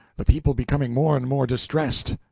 the people becoming more and more distressed.